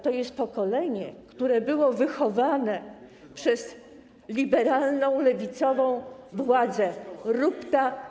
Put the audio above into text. To jest pokolenie, które było wychowane przez liberalną lewicową władzę: róbta, co chceta.